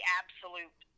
absolute